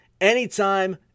anytime